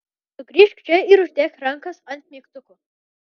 sugrįžk čia ir uždėk rankas ant mygtukų